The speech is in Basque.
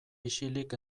isilik